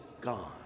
gone